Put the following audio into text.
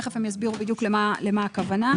תיכף הם יסבירו בדיוק למה הכוונה,